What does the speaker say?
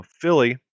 Philly